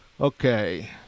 Okay